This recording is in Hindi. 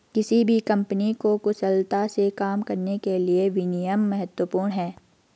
किसी भी कंपनी को कुशलता से काम करने के लिए विनियम महत्वपूर्ण हैं